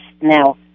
now